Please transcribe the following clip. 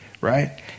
Right